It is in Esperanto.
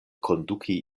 konduki